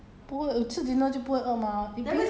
几点 liao 我都要睡 liao